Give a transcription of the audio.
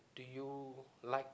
are you like